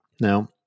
Now